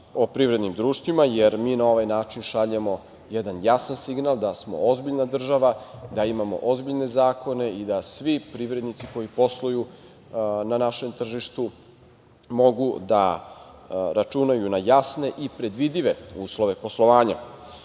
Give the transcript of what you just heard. o privrednim društvima, jer mi na ovaj način šaljemo jedan jasan signal da smo ozbiljna država, da imamo ozbiljne zakone i da svi privrednici koji posluju na našem tržištu mogu da računaju na jasne i predvidive uslove poslovanja. Kada